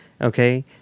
Okay